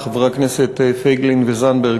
חברי הכנסת פייגלין וזנדברג,